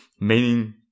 Meaning